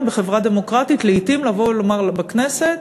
בחברה דמוקרטית לעתים לבוא ולומר לכנסת: